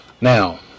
Now